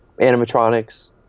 animatronics